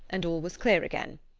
and all was clear again.